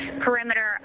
perimeter